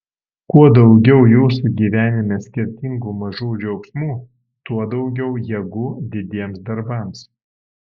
kuo daugiau jūsų gyvenime skirtingų mažų džiaugsmų tuo daugiau jėgų didiems darbams